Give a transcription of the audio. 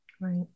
Right